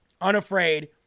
Unafraid